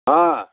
ಹಾಂ